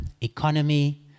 economy